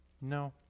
No